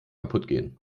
kaputtgehen